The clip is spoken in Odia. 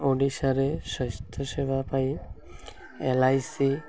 ଓଡ଼ିଶାରେ ସ୍ୱାସ୍ଥ୍ୟ ସେବା ପାଇଁ ଏଲ ଆଇ ସି